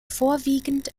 vorwiegend